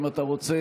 אם אתה רוצה,